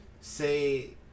say